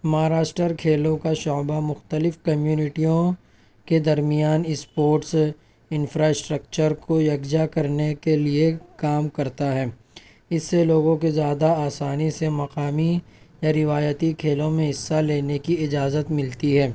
مہاراشٹر کھیلوں کا شعبہ مختلف کمیونٹیوں کے درمیان اسپوٹس انفراسٹکچر کو یکجا کرنے کے لیے کام کرتا ہے اس سے لوگوں کے زیادہ آسانی سے مقامی یا روایتی کھیلوں میں حصہ لینے کی اجازت ملتی ہے